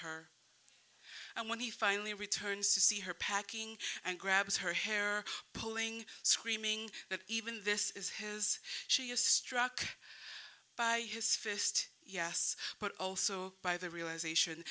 her and when he finally returns to see her packing and grabs her hair pulling screaming that even this is his she is struck by his fist yes but also by the realization